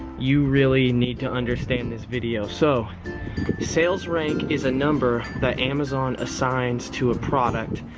you really need to understand this video. so sales rank is a number that amazon assigns to a product.